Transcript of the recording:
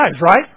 right